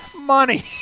Money